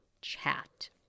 chat